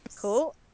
Cool